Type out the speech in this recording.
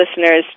listeners